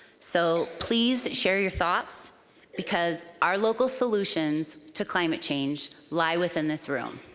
so please share your thoughts because our local solutions to climate change lie within this room.